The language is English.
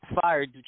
fired